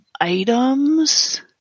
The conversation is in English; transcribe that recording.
items